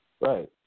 Right